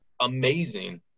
amazing